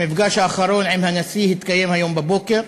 המפגש האחרון עם הנשיא התקיים היום בבוקר.